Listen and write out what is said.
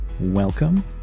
welcome